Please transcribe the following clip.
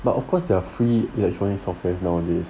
but of course there are free electronic software nowadays